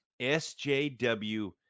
SJW